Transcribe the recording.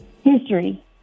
History